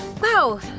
Wow